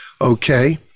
Okay